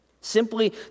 simply